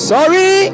Sorry